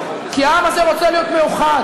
כי העם הזה רוצה להיות מאוחד,